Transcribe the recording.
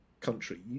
country